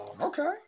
okay